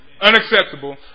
Unacceptable